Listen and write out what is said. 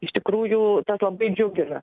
iš tikrųjų labai džiugina